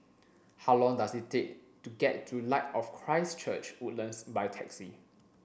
how long does it take to get to Light of Christ Church Woodlands by taxi